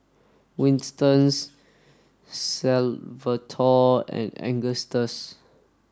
Winston Salvatore and Agustus